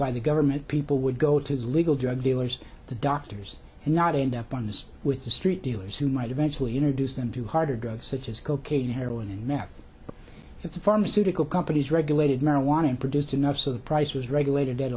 by the government people would go to legal drug dealers to doctors and not end up on the street with the street dealers who might eventually introduce them to harder drugs such as cocaine heroin and meth it's a pharmaceutical companies regulated marijuana and produced enough so the price was regulated at